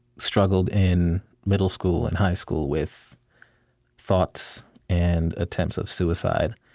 struggled in middle school and high school with thoughts and attempts of suicide.